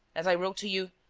as i wrote to you,